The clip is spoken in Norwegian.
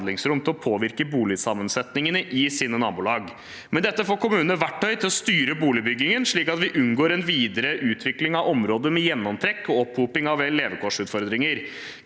til å påvirke boligsammensettingen i sine nabolag. Med dette får kommunene verktøy til å styre boligbyggingen, slik at vi unngår en videre utvikling av områder med gjennomtrekk og opphopning av levekårsutfordringer.